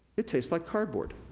it tastes like cardboard.